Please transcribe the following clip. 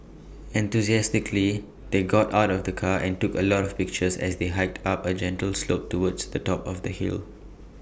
enthusiastically they got out of the car and took A lot of pictures as they hiked up A gentle slope towards the top of the hill